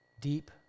Deep